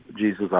Jesus